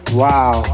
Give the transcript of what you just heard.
wow